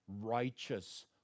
righteous